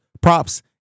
props